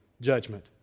judgment